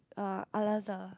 uh Al-Azhar